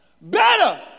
Better